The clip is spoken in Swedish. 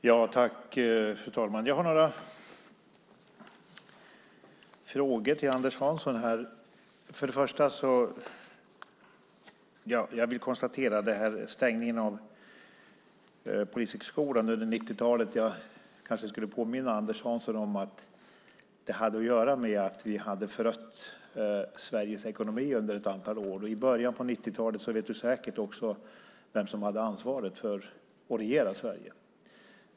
Fru talman! Jag har några frågor till Anders Hansson. Först vill jag konstatera en sak om stängningen av polishögskolan under 90-talet. Jag kanske skulle påminna Anders Hansson om att det hade att göra med att vi hade förött Sveriges ekonomi under ett antal år. I början av 90-talet vet du säkert också vem som hade ansvaret för att regera Sverige.